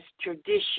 tradition